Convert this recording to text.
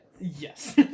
Yes